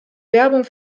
werbung